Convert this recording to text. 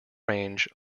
range